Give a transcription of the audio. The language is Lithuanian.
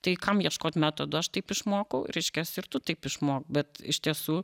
tai kam ieškot metodų aš taip išmokau reiškias ir tu taip išmok bet iš tiesų